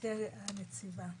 גברתי הנציבה קטי,